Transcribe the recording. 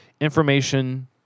information